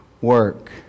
work